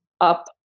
up